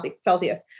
Celsius